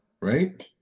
right